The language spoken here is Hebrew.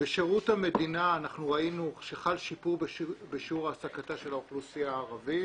בשירות המדינה ראינו שחל שיפור בשיעור העסקתה של האוכלוסייה הערבית